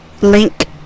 Link